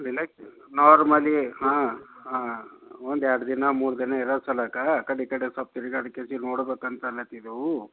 deluxe normally ಹಾಂ ಹಾಂ ಒಂದು ಎರಡು ದಿನ ಮೂರು ದಿನ ಇರೋ ಸಲಾಕಾ ಆ ಕಡೆ ಈ ಕಡೆ ಸ್ವಲ್ಪ ತಿರ್ಗಾಡ್ಕ್ಯತಿ ನೋಡಬೇಕಂತ ಅನ್ನುತ್ತಿದ್ದೆವು